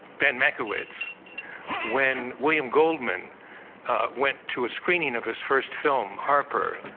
ben mankiewicz when william goldman went to a screening of his first film harper